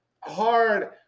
hard